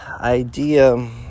idea